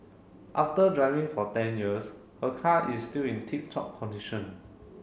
after driving for ten years her car is still in tip top condition